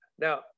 Now